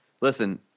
listen